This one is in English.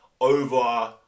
over